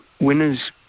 winners